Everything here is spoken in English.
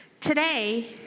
Today